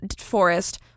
forest